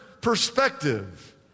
perspective